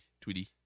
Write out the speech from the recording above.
Tweety